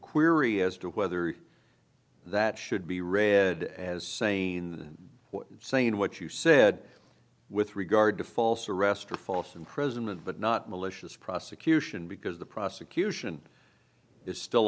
query as to whether that should be read as saying in saying what you said with regard to false arrest or false imprisonment but not malicious prosecution because the prosecution is still